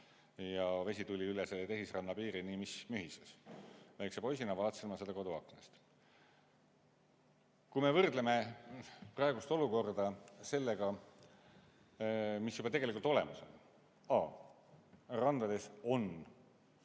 ja vesi tuli üle selle tehisranna piiri nii mis mühises. Väikese poisina vaatasin ma seda koduaknast. Kui me võrdleme praegust olukorda sellega, mis juba tegelikult olemas on, siis randades on